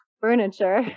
furniture